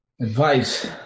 Advice